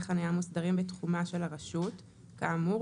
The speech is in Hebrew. חניה מוסדרים בתחומה של הרשות כאמור,